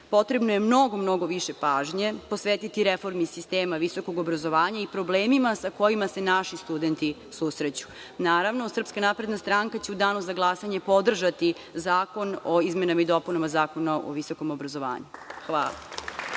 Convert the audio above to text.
potrebno je mnogo više pažnje posvetiti reformi sistema visokog obrazovanja i problemima sa kojima se naši studenti susreću. Naravno, SNS će u Danu za glasanje podržati zakon o izmenama i dopunama Zakona o visokom obrazovanju. Hvala.